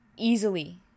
Easily